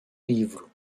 livro